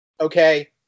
Okay